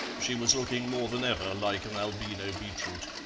she was looking more than ever like an albino beetroot.